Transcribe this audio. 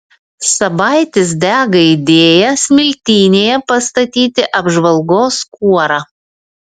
sabaitis dega idėja smiltynėje pastatyti apžvalgos kuorą